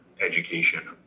education